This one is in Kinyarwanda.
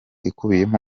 ikubiyemo